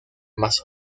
más